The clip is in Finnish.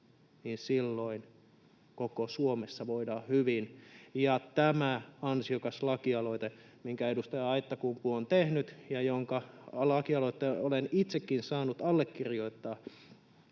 silloin koko Suomessa voidaan hyvin. Ja tätä ansiokasta lakialoitetta, minkä edustaja Aittakumpu on tehnyt ja jonka lakialoitteen olen itsekin saanut allekirjoittaa,